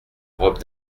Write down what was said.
robe